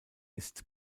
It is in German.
ist